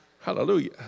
Hallelujah